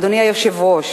אדוני היושב-ראש,